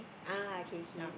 ah K K